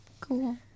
Cool